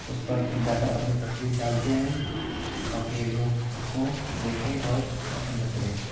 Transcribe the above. اس پر جا کر اپنی تصویر ڈالتے ہیں تاکہ لوگ اس کو دیکھیں اور پسند کریں